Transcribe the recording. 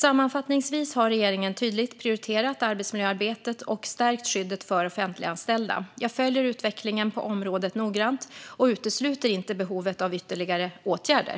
Sammanfattningsvis har regeringen tydligt prioriterat arbetsmiljöarbetet och stärkt skyddet för offentliganställda. Jag följer utvecklingen på området noggrant och utesluter inte behovet av ytterligare åtgärder.